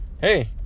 Hey